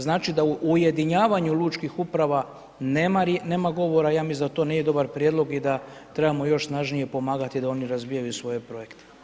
Znači da o ujedinjavanju lučkih uprava nema govora, ja mislim da to nije dobar prijedlog i da trebamo još snažnije pomagati da oni razvijaju svoje projekte.